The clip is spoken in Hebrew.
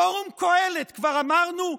פורום קהלת כבר אמרנו?